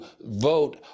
vote